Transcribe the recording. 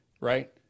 right